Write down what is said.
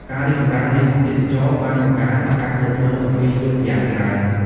ការរីកចម្រើននៃទេសចរណ៍បានបង្កើនឱកាសលក់ដូរនៅពេលយប់យ៉ាងច្រើន។